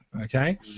okay